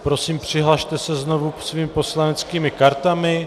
Prosím, přihlaste se znovu svými poslaneckými kartami.